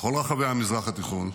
לכל רחבי המזרח התיכון,